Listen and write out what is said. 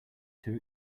too